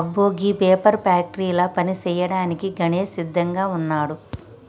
అబ్బో గీ పేపర్ ఫ్యాక్టరీల పని సేయ్యాడానికి గణేష్ సిద్దంగా వున్నాడు